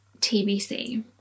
TBC